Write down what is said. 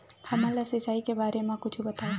हमन ला सिंचाई के बारे मा कुछु बतावव?